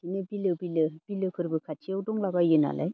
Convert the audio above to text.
बिदिनो बिलो बिलो बिलोफोरबो खाथियाव दंलाबायो नालाय